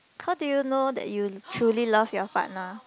how do you know that you truly love your partner